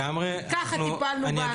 ככה טיפלנו באנשים?